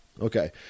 Okay